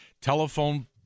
telephone